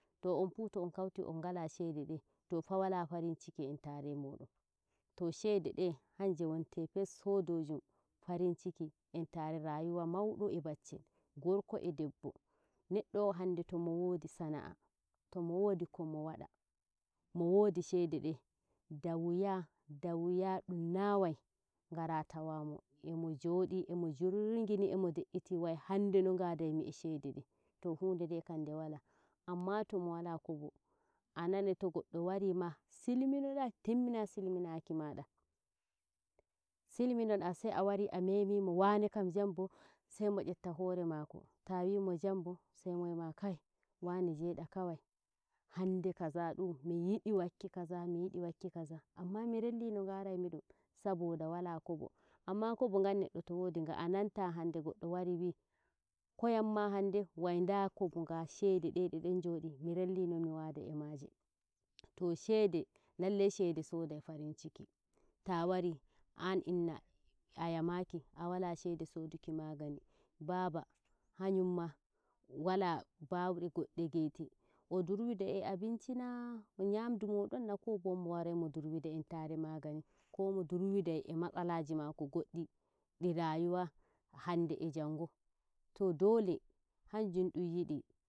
To onfu on ngarti on ngala shede dey tofa wala farinciki entrae e modon, to shede nde kanje ngonte fes shodojum farinciki entare e rayuwa maudo e baccel, ngorko e deɓɓo, neɗɗo o- o hande to mowodi shede de dawuya, dawuya dum nawai ngara tawo mo e mojodi e shede dey to hnde nde kam wala amma tomo wala kobo a nanai to goɗɗo wari ma silminoda timmina silminaki mada sai mo yeta hore mako taa wimo jambo saimo wima kai wane jeda kawai hendem kaza dum miyidi wakki kaza miyidi wakki kaza anma mirelli no garaimi dum saboda wala kobo amma kobo ngan neɗɗo to wodiga ananta hande goddo wari wii koyamma hande wai nda kobo nga shede dede don jodi mi ralli nomi waada e maajeto shede shede lallai shede sodai farinciki ta wari an inna a yamaki a wala shede soduki magani baaba hanyumma wala baude godde geyte o durwinda e abonci naa nyamdu modonna ko bo mo warai mo durwata e magani ko mo durwida e magani komo durwida e matsalaji mako goddi di rayuwa hande e jango to dole hanjum dum yidi.